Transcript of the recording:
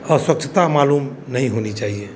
अस्वच्छता मालूम नहीं होनी चाहिए